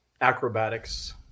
acrobatics